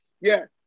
Yes